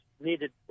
needed